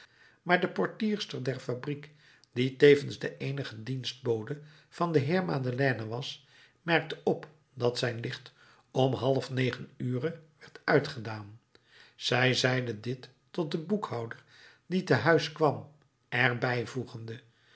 maar de portierster der fabriek die tevens de eenige dienstbode van den heer madeleine was merkte op dat zijn licht om half negen ure werd uitgedaan zij zeide dit tot den boekhouder die te huis kwam er